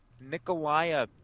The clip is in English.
Nikolai